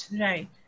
Right